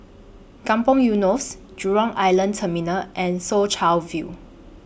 Kampong Eunos Jurong Island Terminal and Soo Chow View